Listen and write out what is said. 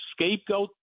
scapegoat